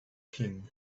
king